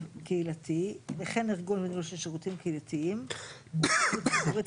קהילתי וכן ארגון וניהול של שירותים קהילתיים ופעילות ציבורית